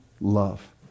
love